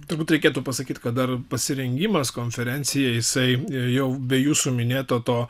turbūt reikėtų pasakyt kad dar pasirengimas konferencijai jisai jau be jūsų minėto to